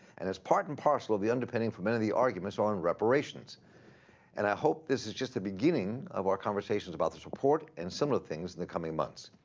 and it's part and parcel of the underpinning for many of the arguments on reparations and i hope this is just the beginning of our conversations about this report and similar things in the coming months.